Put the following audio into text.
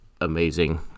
amazing